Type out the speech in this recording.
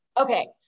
Okay